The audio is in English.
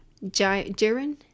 jiren